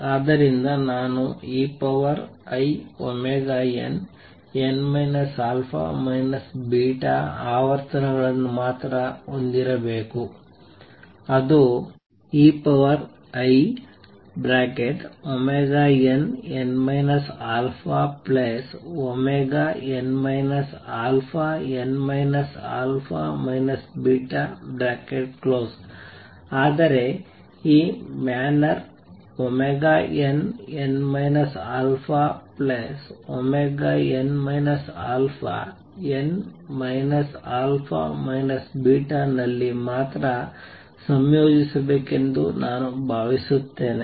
ಆದ್ದರಿಂದ ನಾನು einn α β ಆವರ್ತನಗಳನ್ನು ಮಾತ್ರ ಹೊಂದಿರಬೇಕು ಅದು einn αn αn α β ಆದರೆ ಈ ಮ್ಯಾನರ್ nn αn αn α β ನಲ್ಲಿ ಮಾತ್ರ ಸಂಯೋಜಿಸಬೇಕೆಂದು ನಾನು ಭಾವಿಸುತ್ತೇನೆ